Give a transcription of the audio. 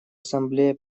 ассамблея